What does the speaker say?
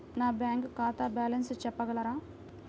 నా బ్యాంక్ ఖాతా బ్యాలెన్స్ చెప్పగలరా?